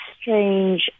strange